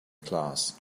class